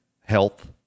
health